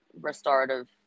restorative